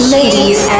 Ladies